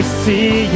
see